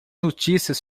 notícias